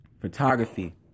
Photography